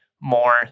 more